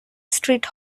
street